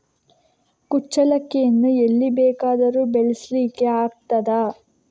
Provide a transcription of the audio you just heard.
ಕುಚ್ಚಲಕ್ಕಿಯನ್ನು ಎಲ್ಲಿ ಬೇಕಾದರೂ ಬೆಳೆಸ್ಲಿಕ್ಕೆ ಆಗ್ತದ?